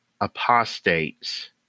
apostates